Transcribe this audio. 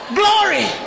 glory